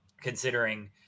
considering